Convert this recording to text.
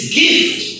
gift